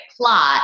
plot